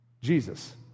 Jesus